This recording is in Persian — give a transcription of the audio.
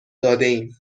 دادهایم